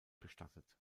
bestattet